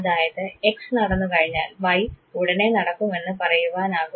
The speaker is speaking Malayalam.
അതായത് x നടന്നുകഴിഞ്ഞാൽ y ഉടനെ നടക്കുമെന്ന് പറയുവാനാകും